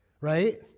right